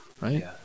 right